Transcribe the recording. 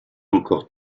encore